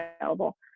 available